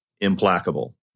implacable